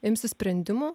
imsis sprendimų